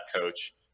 coach